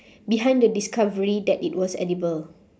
behind the discovery that it was edible